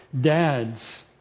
Dads